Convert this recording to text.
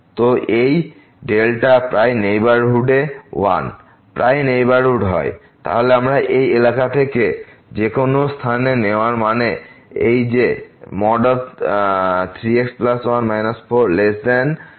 তো এই প্রায় নেইবারহুড এ 1 প্রায় নেইবারহুড হয়তাহলে আমরা এই এলাকা থেকে যে কোনো স্থানে নেওয়া মানে এই যে এই 3x1 4ϵ